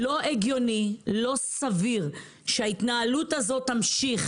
לא הגיוני, לא סביר שההתנהלות הזאת תמשיך.